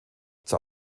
zur